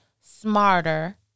smarter